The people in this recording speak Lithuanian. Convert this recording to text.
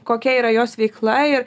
kokia yra jos veikla ir